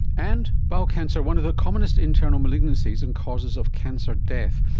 and bowel cancer, one of the commonest internal malignancies and causes of cancer death.